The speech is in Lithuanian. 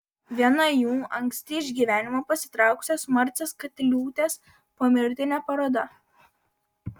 viena jų anksti iš gyvenimo pasitraukusios marcės katiliūtės pomirtinė paroda